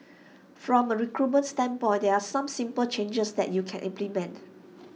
from A recruitment standpoint there are some simple changes that you can implement